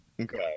Okay